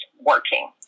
working